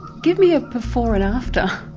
give me a before and after.